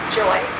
joy